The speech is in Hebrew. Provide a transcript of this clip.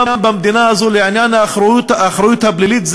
במדינה הזו לעניין האחריות הפלילית.